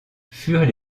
furent